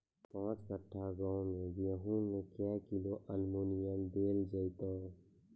पाँच कट्ठा गांव मे गेहूँ मे क्या किलो एल्मुनियम देले जाय तो?